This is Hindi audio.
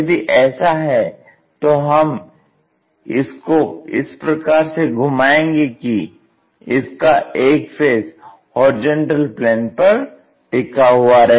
यदि ऐसा है तो हम इसको इस प्रकार से घुमाएंगे कि इसका एक फेस होरिजेंटल प्लेन पर टिका हुआ रहे